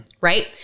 right